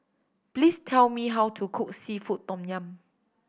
please tell me how to cook seafood tom yum